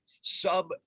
sub